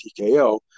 TKO